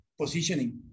positioning